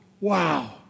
wow